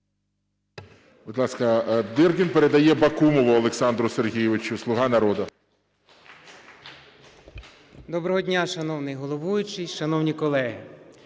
Доброго дня, шановний головуючий, шановні колеги!